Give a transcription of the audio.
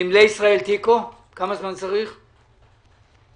זה מה שאנחנו מבקשים,